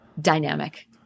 dynamic